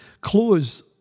close